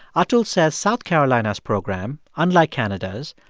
atul says south carolina's program, unlike canada's,